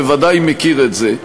בוודאי מכיר את זה,